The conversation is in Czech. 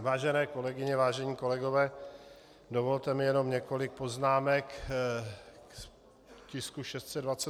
Vážené kolegyně, vážení kolegové, dovolte mi jenom několik poznámek k tisku 628.